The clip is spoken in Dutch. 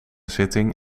zitting